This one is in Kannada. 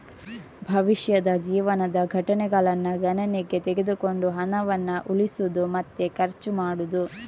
ಭವಿಷ್ಯದ ಜೀವನದ ಘಟನೆಗಳನ್ನ ಗಣನೆಗೆ ತೆಗೆದುಕೊಂಡು ಹಣವನ್ನ ಉಳಿಸುದು ಮತ್ತೆ ಖರ್ಚು ಮಾಡುದು